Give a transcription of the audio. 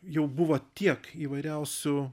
jau buvo tiek įvairiausių